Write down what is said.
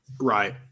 Right